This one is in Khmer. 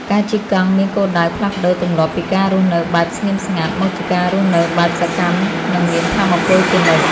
ការជិះកង់មានគោលដៅផ្លាស់ប្តូរទម្លាប់ពីការរស់នៅបែបស្ងៀមស្ងាត់ មកជាការរស់នៅបែបសកម្ម និងមានថាមពលជានិច្ច។